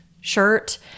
shirt